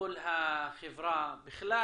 לכל החברה בכלל